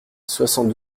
soixante